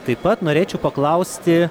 taip pat norėčiau paklausti